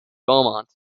beaumont